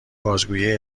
بازگویه